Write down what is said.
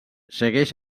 segueix